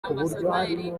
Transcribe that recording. ambasaderi